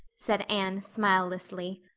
said anne smilelessly.